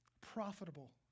profitable